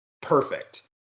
perfect